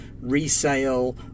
resale